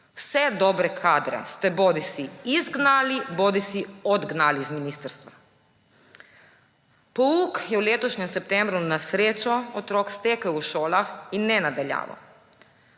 Vse dobre kadre ste bodisi izgnali bodisi odgnali iz ministrstva. Pouk je v letošnjem septembru na srečo otrok stekel v šolah, ne na daljavo.